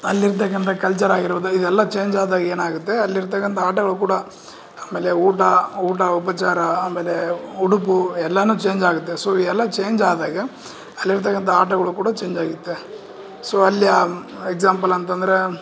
ಅಲ್ಲಿರ್ತಕ್ಕಂಥ ಕಲ್ಚರ್ ಆಗಿರ್ಬೌದು ಇದೆಲ್ಲ ಚೇಂಜ್ ಆದಾಗ ಏನಾಗತ್ತೆ ಅಲ್ಲಿರ್ತಕ್ಕಂಥ ಆಟಗಳು ಕೂಡ ಆಮೇಲೆ ಊಟ ಊಟ ಉಪಚಾರ ಆಮೇಲೆ ಉಡುಪು ಎಲ್ಲಾನೂ ಚೇಂಜ್ ಆಗುತ್ತೆ ಸೋ ಎಲ್ಲ ಚೇಂಜ್ ಆದಾಗ ಅಲ್ಲಿರ್ತಕ್ಕಂಥ ಆಟಗಳು ಕೂಡ ಚೇಂಜ್ ಆಗುತ್ತೆ ಸೋ ಅಲ್ಲಿ ಎಕ್ಸಾಮ್ಪಲ್ ಅಂತಂದರೆ